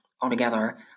altogether